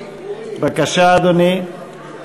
בבקשה, אדוני.